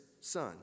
son